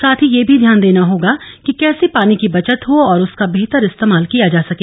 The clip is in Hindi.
साथ ही यह भी ध्यान देना होगा कि कैसे पानी की बचत हो और उसका बेहतर इस्तेमाल किया जा सके